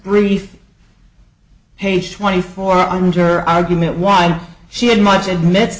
relief page twenty four under argument why she had much admit